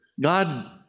God